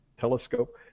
Telescope